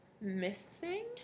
missing